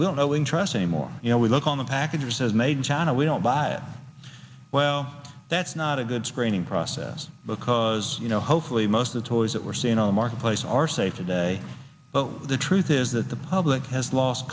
we don't know interest anymore you know we look on the package or says made in china we don't buy it well that's not a good screening process because you know hopefully most of the toys that we're seeing in the marketplace are safe today but the truth is that the public has lost